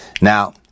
Now